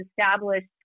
established